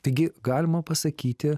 taigi galima pasakyti